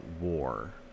war